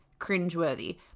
cringeworthy